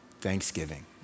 Thanksgiving